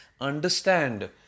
understand